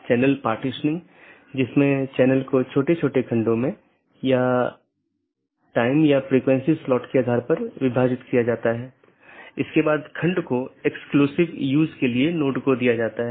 यह feature BGP साथियों को एक ही विज्ञापन में कई सन्निहित रूटिंग प्रविष्टियों को समेकित करने की अनुमति देता है और यह BGP की स्केलेबिलिटी को बड़े नेटवर्क तक बढ़ाता है